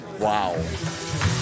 Wow